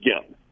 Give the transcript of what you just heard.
again